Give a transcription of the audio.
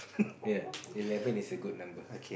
ya eleven is a good number